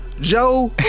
Joe